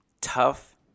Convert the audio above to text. tough